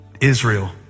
Israel